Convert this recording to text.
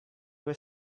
were